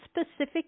specific